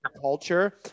culture